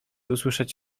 usłyszeć